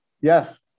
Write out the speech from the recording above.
Yes